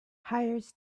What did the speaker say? hires